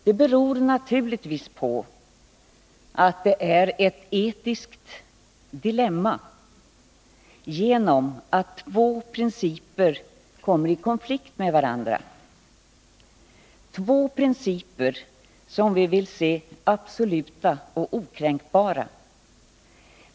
Det beror naturligtvis på att det är ett etiskt dilemma. Två principer kommer nämligen i konflikt med varandra — två principer som vi vill se som absoluta och okränkbara.